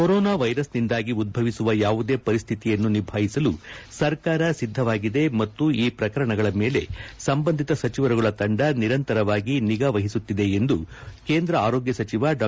corona ವೈರಸ್ನಿಂದಾಗಿ ಉದ್ಬವಿಸುವ ಯಾವುದೇ ಪರಿಸ್ಥಿತಿಯನ್ನು ನಿಭಾಯಿಸಲು ಸರ್ಕಾರ ಸಿದ್ದವಾಗಿದೆ ಮತ್ತು ಈ ಪ್ರಕರಣಗಳ ಮೇಲೆ ಸಂಬಂಧಿತ ಸಚಿವರುಗಳ ತಂದ ನಿರಂತರವಾಗಿ ನಿಗಾ ವಹಿಸುತ್ತಿದೆ ಎಂದು ಕೇಂದ್ರ ಆರೋಗ್ಯ ಸಚಿವ ಡಾ